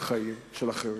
חיים של אחרים.